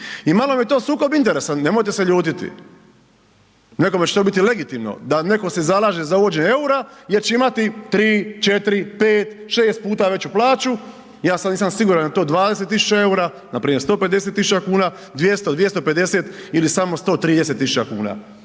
I malo mi je to sukob interesa, nemojte se ljutiti, nekome će to biti legitimno da se neko zalaže za uvođenje eura jer će imati 3,4,5,6 puta veću plaću, ja sada nisam siguran jel to 20.000 eura npr. 150.000 kuna, 200, 250 ili samo 130.000 kuna,